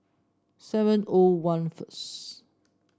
seven O one first